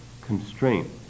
constraint